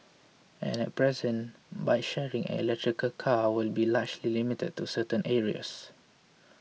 and at present bike sharing and electric car will be largely limited to certain areas